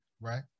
Right